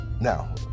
Now